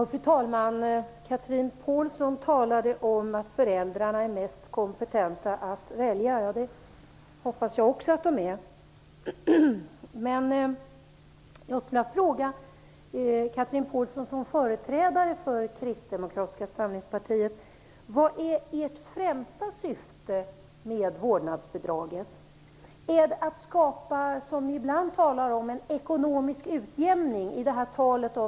Fru talman! Chatrine Pålsson talade om att föräldrarna är mest kompetenta att välja. Det hoppas jag också att de är. Jag skulle vilja fråga Chatrine Pålsson, som företrädare för Kristdemokratiska samlingspartiet, vad det främsta syftet är med vårdnadsbidraget. Är det att skapa en ekonomisk utjämning, som ni ibland talar om?